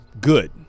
Good